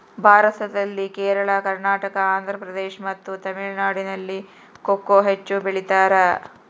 ಭಾರತದಲ್ಲಿ ಕೇರಳ, ಕರ್ನಾಟಕ, ಆಂಧ್ರಪ್ರದೇಶ್ ಮತ್ತು ತಮಿಳುನಾಡಿನಲ್ಲಿ ಕೊಕೊ ಹೆಚ್ಚು ಬೆಳಿತಾರ?